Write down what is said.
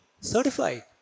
certified